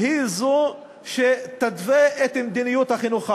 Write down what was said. היא זאת שתתווה את מדיניות החינוך הערבי.